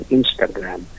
Instagram